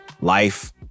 Life